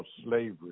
slavery